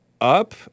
up